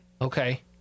Okay